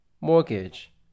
mortgage